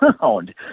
found